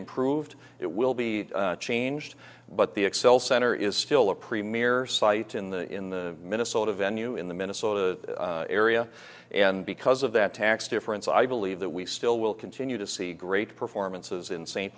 improved it will be changed but the xcel center is still a premier site in the in the minnesota venue in the minnesota area and because of that tax difference i believe that we still will continue to see great performances in s